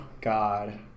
God